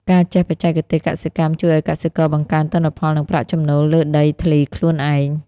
ការចេះបច្ចេកទេសកសិកម្មជួយឱ្យកសិករបង្កើនទិន្នផល និងប្រាក់ចំណូលលើដីធ្លីខ្លួនឯង។